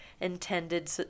intended